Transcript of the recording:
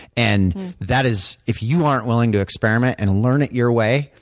and that is if you aren't willing to experiment and learn it your way,